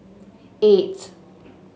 eight